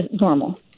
normal